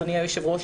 אדוני היושב ראש,